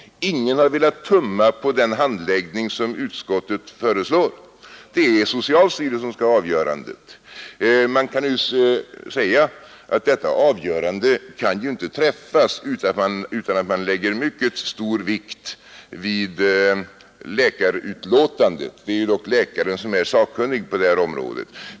Ingen har velat tumma på den handläggning som utskottet föreslår. Det är socialstyrelsen som skall ha avgörandet. Man kan naturligtvis säga att detta avgörande inte kan träffas utan att man lägger mycket stor vikt vid läkarutlåtandet — det är dock läkaren som är sakkunnig på detta område.